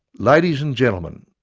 ladies and gentlemen,